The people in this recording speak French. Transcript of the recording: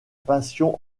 passion